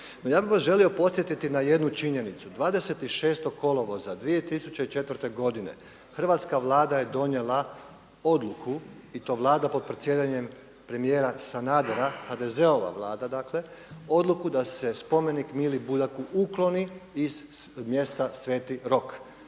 ja bih vas želio podsjetiti na jednu činjenicu, 26. kolovoza 2004. godine hrvatska Vlada je donijela odluku i to vlada pod predsjedanjem premijera Sanadera HDZ-ova vlada odluku da se spomenik Mili Budaku ukloni iz mjesta Sveti Rok